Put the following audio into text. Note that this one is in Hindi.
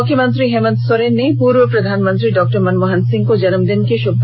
मुख्यमंत्री हेमन्त सोरेन ने पूर्व प्रधानमंत्री डॉ मनमोहन सिंह को जन्मदिन की शुभकामनाएं दी है